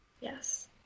Yes